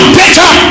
better